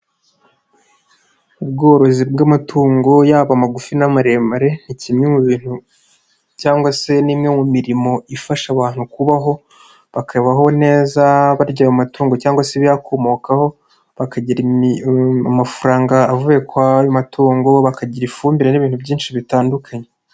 Ubworozi bw'amatungo yaba magufi n'amaremare, ni kimwe mu bintu cyangwa se ni imwe mu mirimo ifasha abantu kubaho, bakabaho neza barya aya matungo cyangwa se ibiyakomokaho, bakagira amafaranga avuye ku ayo matungo, bakagira ifumbire n'ibintu byinshi bitandukanye.